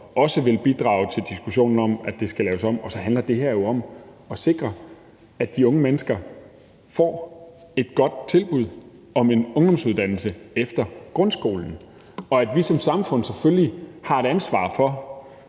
også vil bidrage til diskussionen om, at det skal laves om. Og så handler det her jo om at sikre, at de unge mennesker får et godt tilbud om en ungdomsuddannelse efter grundskolen, og at vi som samfund selvfølgelig har et ansvar for,